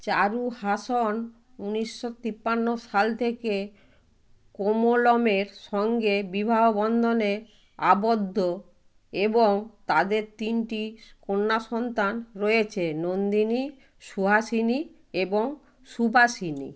চারুহাসন উনিশশো তিপান্ন সাল থেকে কোমলমের সঙ্গে বিবাহ বন্ধনে আবদ্ধ এবং তাঁদের তিনটি সো কন্যা সন্তান রয়েছে নন্দিনী সুহাসিনী এবং সুবাসিনী